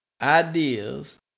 ideas